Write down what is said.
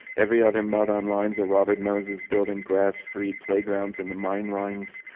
every other mug on line's a robert moses building, grass-free playgrounds in the mind rinds.